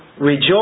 rejoice